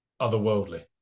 otherworldly